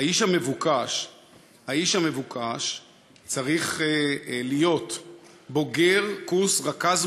האיש המבוקש צריך להיות בוגר קורס רכז